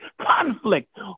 conflict